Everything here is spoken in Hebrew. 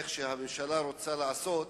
כפי שהממשלה רוצה לעשות,